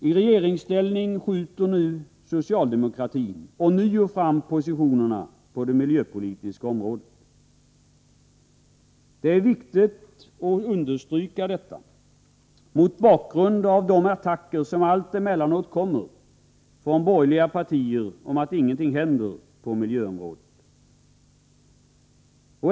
I regeringsställning skjuter socialdemokratin nu ånyo fram positionerna på det miljöpolitiska området. Det är viktigt att understryka detta mot bakgrund av de attacker som allt emellanåt kommer från borgerliga partier om att ingenting händer på miljöområdet.